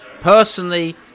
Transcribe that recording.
Personally